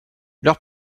leurs